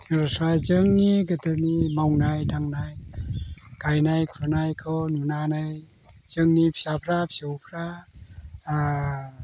आच्चा जोंनि गोदोनि मावनाय दांनाय गायनाय फुनायखौ नुनानै जोंनि फिसाफोरा फिसौफोरा